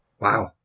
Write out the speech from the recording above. Wow